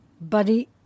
Buddy